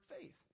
faith